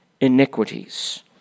iniquities